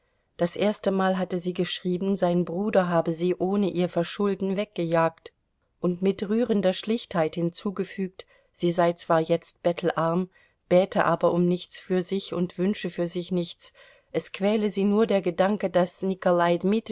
das erstemal hatte sie geschrieben sein bruder habe sie ohne ihr verschulden weggejagt und mit rührender schlichtheit hinzugefügt sie sei zwar jetzt bettelarm bäte aber um nichts für sich und wünsche für sich nichts es quäle sie nur der gedanke daß nikolai